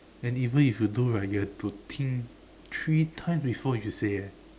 and even if you do right you have to think three times before you say eh